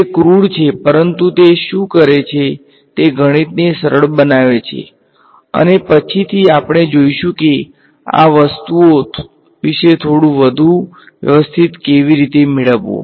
તે ક્રૂડ છે પરંતુ તે શું કરે છે તે ગણિતને સરળ બનાવે છે અને પછીથી આપણે જોઈશું કે આ વસ્તુઓ વિશે થોડું વધુ વ્યવસ્થિત કેવી રીતે મેળવવું